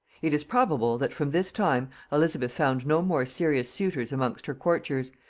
it is probable that from this time elizabeth found no more serious suitors amongst her courtiers,